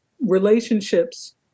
relationships